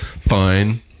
fine